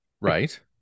Right